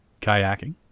kayaking